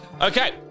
Okay